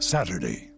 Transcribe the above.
Saturday